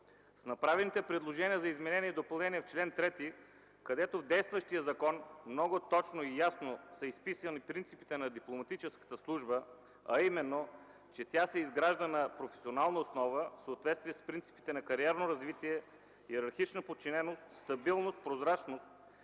С направените предложения за изменение и допълнение в чл. 3, където в действащия закон много точно и ясно са изписани принципите на дипломатическата служба, а именно, че тя се изгражда на професионална основа в съответствие с принципите на кариерно развитие, йерархична подчиненост, стабилност, прозрачност,